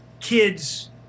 kids